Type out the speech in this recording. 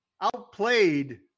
outplayed